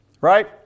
Right